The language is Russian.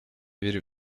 верю